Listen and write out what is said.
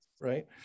Right